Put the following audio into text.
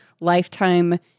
lifetime